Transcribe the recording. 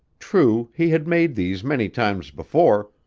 true, he had made these many times before,